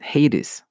Hades